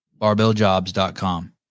Barbelljobs.com